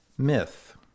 myth